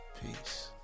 Peace